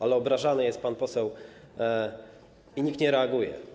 Ale obrażany jest pan poseł i nikt nie reaguje.